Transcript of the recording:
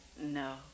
No